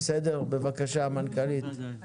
בבקשה, המנכ"לית.